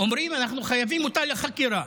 אומרים: אנחנו חייבים אותה לחקירה.